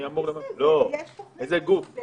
איזה גוף?